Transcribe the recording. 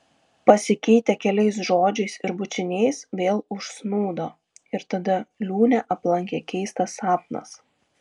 pasikeitę keliais žodžiais ir bučiniais vėl užsnūdo ir tada liūnę aplankė keistas sapnas